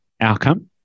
outcome